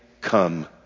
come